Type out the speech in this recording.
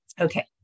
Okay